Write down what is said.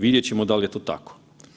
Vidjet ćemo da li je to tako.